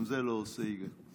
גם זה לא עושה היגיון.